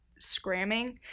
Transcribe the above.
scramming